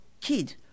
kid